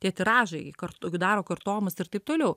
tie tiražai kartu daro kartojimus ir taip toliau